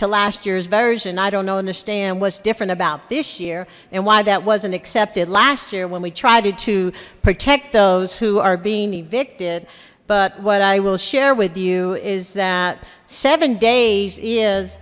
to last year's version i don't know understand what's different about this year and why that wasn't accepted last year when we tried to protect those who are being evicted but what i will share with you is that seven days is